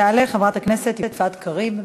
תעלה חברת הכנסת יפעת קריב.